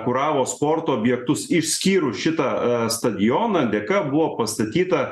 kuravo sporto objektus išskyrus šitą a stadioną dėka buvo pastatyta